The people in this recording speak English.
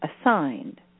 assigned